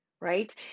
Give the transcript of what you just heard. right